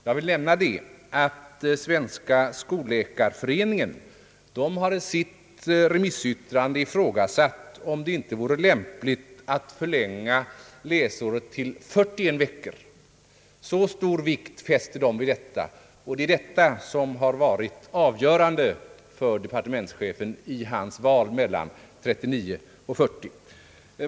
Jag vill nämna att Svenska skolläkarföreningen i sitt remissyttrande har ifrågasatt om det inte vore lämpligt att förlänga läsåret till 41 veckor. Så stor vikt fäster föreningen vid detta att det har varit avgörande för departementschefen i hans val mellan 39 veckor och 40 veckor.